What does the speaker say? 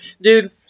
dude